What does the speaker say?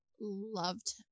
loved